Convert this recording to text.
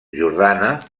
jordana